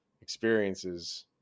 experiences